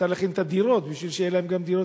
צריך להכין את הדירות כדי שיהיה להם דיור,